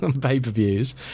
pay-per-views